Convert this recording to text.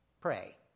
pray